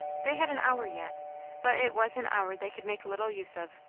they had an hour yet but it was an hour they could make little use of.